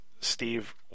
Steve